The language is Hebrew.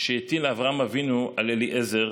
שהטיל אברהם אבינו על אליעזר